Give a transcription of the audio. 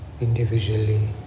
individually